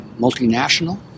multinational